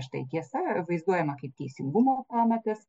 štai tiesa vaizduojama kaip teisingumo pamatas